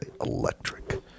Electric